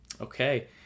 Okay